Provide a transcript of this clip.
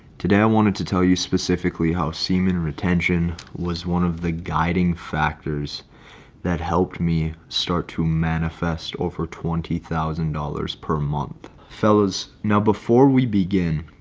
today i wanted to tell you specifically how semen retention was one of the guiding factors that helped me start to manifest over twenty thousand dollars per month fellows. now before we begin,